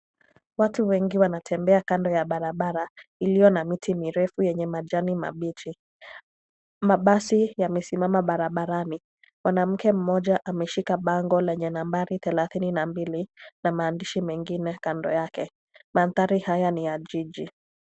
Watu wengi wanatembea kando ya barabara iliyo na miti mirefu yenye majani mabichi. Mabasi yamesimama barabarani, mwanamke mmoja ameshika bango lenye nambari 32,na maandishi mengine kando yake. Mandhari haya ni ya jiji.